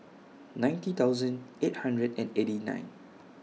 ninety thousand eight hundred and eighty nine